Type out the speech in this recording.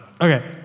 Okay